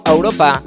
Europa